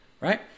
Right